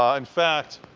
ah in fact,